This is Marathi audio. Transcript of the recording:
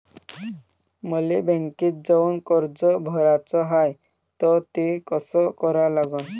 मले बँकेत जाऊन कर्ज भराच हाय त ते कस करा लागन?